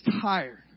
tired